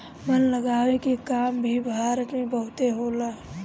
वन लगावे के काम भी भारत में बहुते होला